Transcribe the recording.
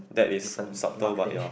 that is subtle but ya